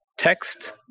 text